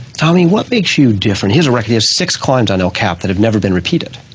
tommy, what makes you different? he has a record, he has six climbs on el cap that have never been repeated.